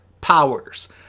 powers